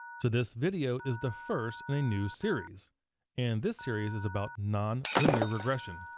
so this video is the first in a new series and this series is about nonlinear regression.